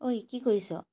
ঐ কি কৰিছ